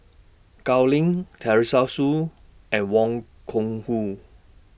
Gao Ning Teresa Hsu and Wang Gungwu